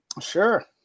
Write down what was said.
Sure